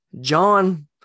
John